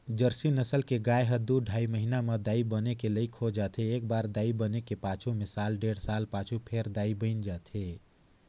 Jersey नसल के गाय ह दू ढ़ाई महिना म दाई बने के लइक हो जाथे, एकबार दाई बने के पाछू में साल डेढ़ साल पाछू फेर दाई बइन जाथे